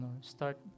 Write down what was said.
start